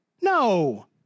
No